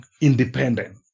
independent